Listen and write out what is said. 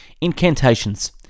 Incantations